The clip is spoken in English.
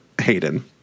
Hayden